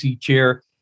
Chair